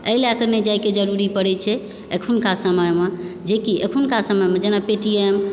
एहि लए कऽजाएके जरुरी नइ पड़य छै एखुनका समय मऽ जेकि एखुनका समयमे जेना पेटीएम